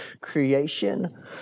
Creation